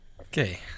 Okay